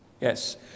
yes